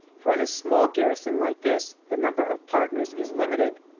for in a small garrison like this the number of partners is limited.